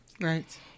Right